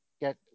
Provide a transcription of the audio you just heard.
get